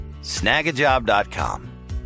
snagajob.com